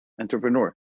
entrepreneur